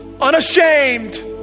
Unashamed